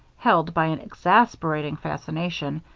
held by an exasperating fascination,